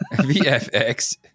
V-F-X